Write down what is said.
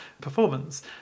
performance